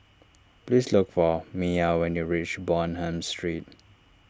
please look for Miah when you reach Bonham Street